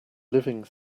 living